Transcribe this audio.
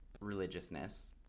religiousness